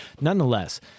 Nonetheless